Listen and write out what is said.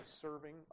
serving